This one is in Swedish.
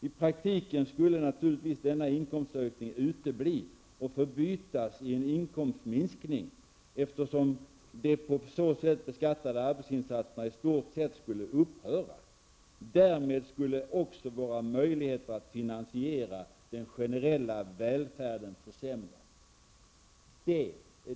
I praktiken skulle naturligtvis denna inkomstökning utebli och förbytas i en inkomstminskning, eftersom de på så sätt beskattade arbetsinsatserna i stort sett skulle upphöra. Därmed skulle också våra möjligheter att finansiera den generella välfärden försämras.''